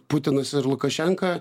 putinas ir lukašenka